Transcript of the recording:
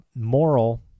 moral